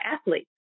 athletes